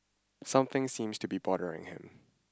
something seems to be bothering him